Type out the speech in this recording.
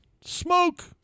smoke